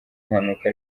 mpanuka